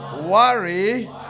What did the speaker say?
worry